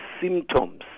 symptoms